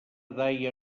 daia